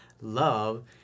love